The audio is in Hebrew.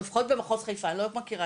או לפחות במחוז חיפה כי אני לא מכירה